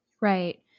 Right